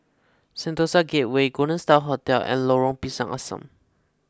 Sentosa Gateway Golden Star Hotel and Lorong Pisang Asam